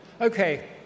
Okay